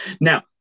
Now